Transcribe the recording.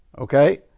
Okay